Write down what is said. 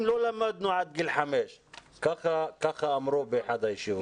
לא למדנו עד גיל 5. ככה אמרו באחת הישיבות.